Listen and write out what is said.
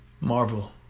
Marvel